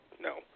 no